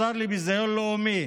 השר לביזיון לאומי,